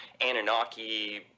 Anunnaki